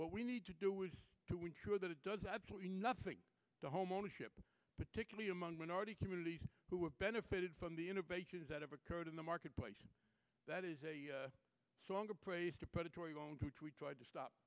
what we need to do is to ensure that it does absolutely nothing to homeownership particularly among minority communities who have benefited from the innovations that have occurred in the marketplace that is a stronger praised a predatory loan which we tried to stop